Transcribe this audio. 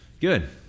Good